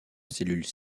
cellule